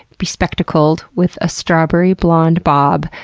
bespectacled, with a strawberry blonde bob,